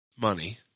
money